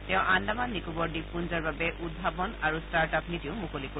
তেওঁ আন্দামান নিকোবৰ দ্বীপপুঞ্জৰ বাবে উদ্ভাৱন আৰু ষ্টাৰ্টআপ নীতিও মুকলি কৰিব